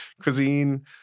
cuisine